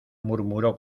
murmuró